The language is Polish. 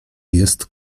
jest